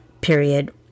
period